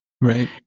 Right